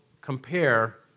compare